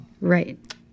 Right